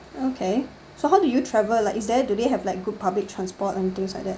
okay so how do you travel like is there do they have like good public transport and things like that